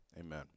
amen